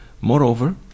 Moreover